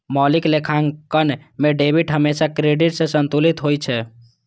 मौलिक लेखांकन मे डेबिट हमेशा क्रेडिट सं संतुलित होइ छै